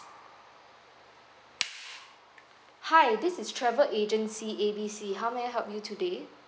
hi this is travel agency A B C how may I help you today